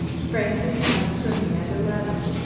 frank is coming for me at eleven.